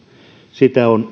sitä on